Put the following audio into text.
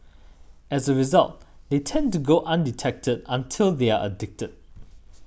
as a result they tend to go undetected until they are addicted